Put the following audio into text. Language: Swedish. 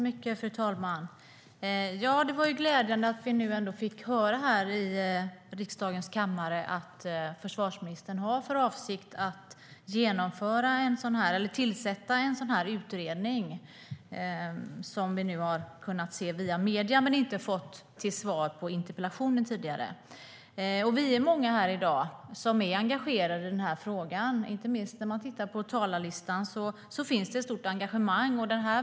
Fru talman! Det var ju glädjande att vi nu fick höra i riksdagens kammare att försvarsministern har för avsikt att tillsätta en utredning, som vi nu har hört via medier men inte fått till svar på interpellationen tidigare. Vi är många här i dag som är engagerade i frågan. Inte minst talarlistan visar att det finns ett stort engagemang.